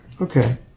Okay